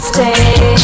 Stay